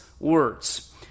words